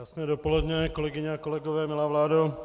Krásné dopoledne, kolegyně a kolegové, milá vládo.